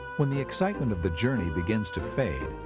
when the excitement of the journey begins to fade,